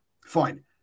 fine